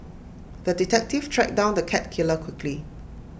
the detective tracked down the cat killer quickly